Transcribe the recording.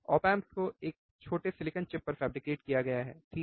op amp को एक छोटे सिलिकन चिप पर फैब्रिकेट किया गया है ठीक